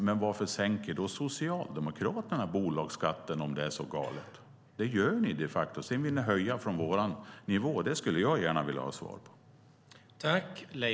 Men varför sänker då Socialdemokraterna bolagsskatten, om det är så galet? Det gör ni ju de facto, och sedan vill ni höja från vår nivå. Det skulle jag gärna vilja ha svar på.